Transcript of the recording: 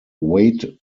weight